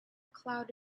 cloud